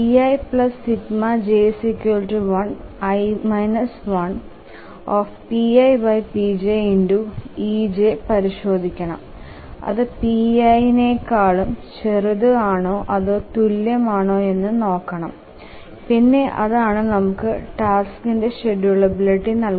ei ∑j1 i 1⌈pipj⌉∗ej പരിശോധിക്കണം അതു pi നെകാളും ചെറുത് ആണോ അതോ തുല്യം ആണോയെന്ന് നോക്കണം പിന്നെ അതാണ് നമുക്ക് ടാസ്കിന്റെ ഷ്ഡ്യൂളബിളിലിറ്റി നൽകുന്നത്